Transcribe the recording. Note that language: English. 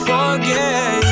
Forget